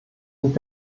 und